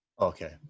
Okay